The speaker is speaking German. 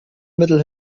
mittel